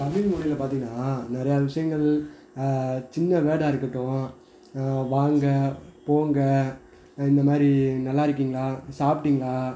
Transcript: தமிழ்மொழில பார்த்தீங்கன்னா நிறைய விஷயங்கள் சின்ன வேர்டா இருக்கட்டும் வாங்க போங்க இந்தமாதிரி நல்லா இருக்கீங்களா சாப்பிட்டீங்களா